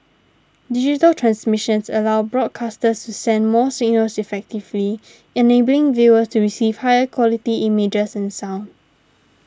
digital transmissions allow broadcasters to send more signals efficiently enabling viewers to receive higher quality images and sound